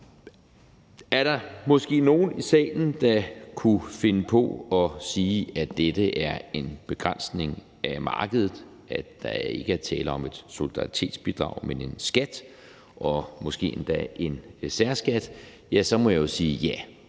Der er måske nogen her i salen, der kunne finde på at sige, at dette er en begrænsning af markedet, og at der ikke er tale om et solidaritetsbidrag, men en skat, og måske endda en særskat. Og så må jeg sige, at